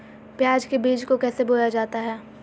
प्याज के बीज को कैसे बोया जाता है?